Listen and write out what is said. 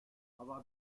aber